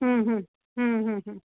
हम्म हम्म हम्म हम्म